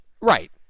Right